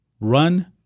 run